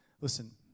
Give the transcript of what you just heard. Listen